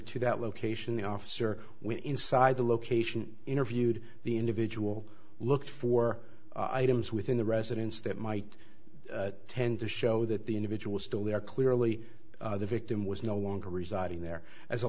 to that location the officer when inside the location interviewed the individual looked for items within the residence that might tend to show that the individual still there clearly the victim was no longer residing there as a